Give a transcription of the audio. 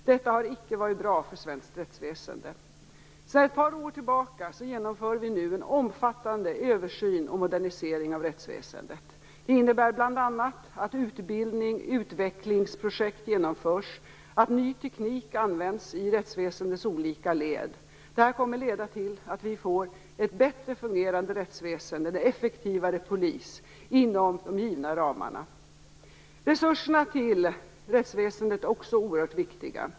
Detta har icke varit bra för svenskt rättsväsende. Sedan ett par år tillbaka genomför vi nu en omfattande översyn och modernisering av rättsväsendet. Det innebär bl.a. att utbildnings och utvecklingsprojekt genomförs, att ny teknik används i rättsväsendets olika led. Det kommer att leda till att vi får ett bättre fungerande rättsväsende, en effektivare polis inom de givna ramarna. Resurserna till rättsväsendet är också oerhört viktiga.